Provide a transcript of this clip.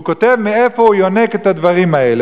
והוא כותב מאיפה הוא יונק את הדברים האלה,